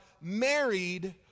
married